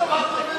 נובמבר,